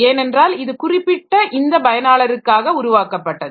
ஏனென்றால் இது குறிப்பிட்ட இந்த பயனாளருக்காக உருவாக்கப்பட்டது